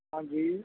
ਹਾਂਜੀ